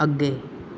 ਅੱਗੇ